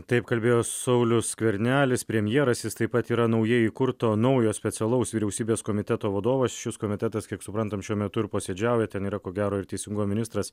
taip kalbėjo saulius skvernelis premjeras jis taip pat yra naujai įkurto naujo specialaus vyriausybės komiteto vadovas šis komitetas kiek suprantam šiuo metu ir posėdžiauja ten yra ko gero ir teisingumo ministras